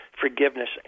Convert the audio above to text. forgiveness